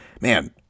man